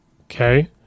Okay